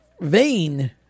vein